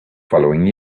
following